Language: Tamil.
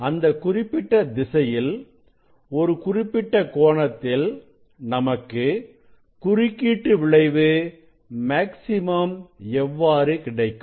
எனில் அந்த குறிப்பிட்ட திசையில் அல்லது குறிப்பிட்ட கோணத்தில் நமக்கு குறுக்கீட்டு விளைவு மேக்ஸிமம் எவ்வாறு கிடைக்கும்